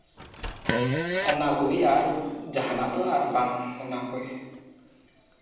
ᱚᱱᱟ ᱠᱚᱜᱮ ᱟᱨ ᱡᱟᱦᱟᱱᱟᱜ ᱫᱚ ᱟᱨ ᱵᱟᱝ ᱚᱱᱟᱠᱚᱜᱮ